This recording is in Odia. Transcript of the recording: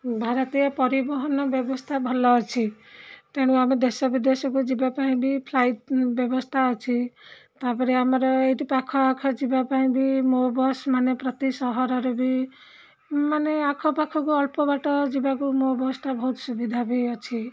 ଭାରତୀୟ ପରିବହନ ବ୍ୟବସ୍ଥା ଭଲ ଅଛି ତେଣୁ ଆମେ ଦେଶ ବିଦେଶକୁ ଯିବା ପାଇଁ ବି ଫ୍ଲାଇଟ୍ ବ୍ୟବସ୍ଥା ଅଛି ତା'ପରେ ଆମର ଏଇଠି ପାଖ ଆଖ ଯିବା ପାଇଁ ବି ମୋ ବସ୍ ମାନେ ପ୍ରତି ସହରରେ ବି ମାନେ ଆଖପାଖକୁ ଅଳ୍ପ ବାଟ ଯିବାକୁ ମୋ ବସ୍ଟା ବହୁତ ସୁବିଧା ବି ଅଛି